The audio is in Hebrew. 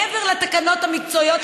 מעבר לתקנות המקצועיות,